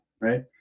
right